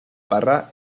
parra